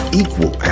equal